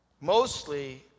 mostly